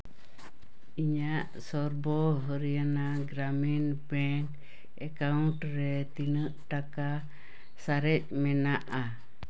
ᱤᱧᱟᱹᱜ Sarva Haryana Gramin bank account ᱨᱮ ᱛᱤᱱᱟᱹᱜ ᱛᱤᱱᱟᱹᱜ ᱴᱟᱠᱟ ᱥᱟᱨᱮᱡ ᱢᱮᱱᱟᱜᱼᱟ